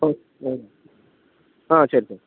ஆ சரி சரி